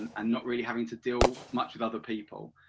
and not really having to deal much with other people.